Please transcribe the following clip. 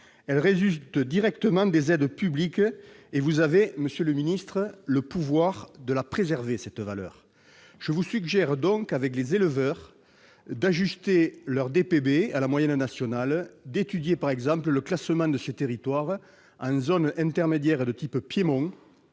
elle résulte directement des aides publiques, et vous avez, monsieur le ministre, le pouvoir de préserver cette valeur. Aussi, je vous suggère, avec les éleveurs, d'ajuster leurs droits à paiement de base à la moyenne nationale et d'étudier, par exemple, le classement de ces territoires en zone intermédiaire de type Piémont